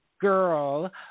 girl